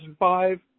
2005